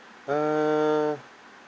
uh